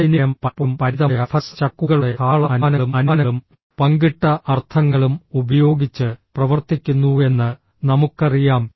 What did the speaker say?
ആശയവിനിമയം പലപ്പോഴും പരിമിതമായ റഫറൻസ് ചട്ടക്കൂടുകളോടെ ധാരാളം അനുമാനങ്ങളും അനുമാനങ്ങളും പങ്കിട്ട അർത്ഥങ്ങളും ഉപയോഗിച്ച് പ്രവർത്തിക്കുന്നുവെന്ന് നമുക്കറിയാം